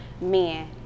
men